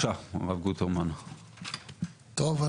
טוב,